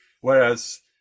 Whereas